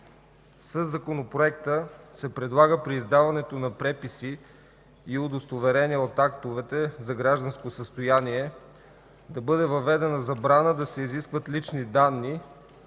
Със Законопроекта се предлага при издаването на преписи и удостоверения от актовете за гражданско състояние да бъде въведена забрана да се изискват лични данни,